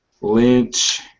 Lynch